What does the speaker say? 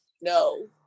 no